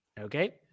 Okay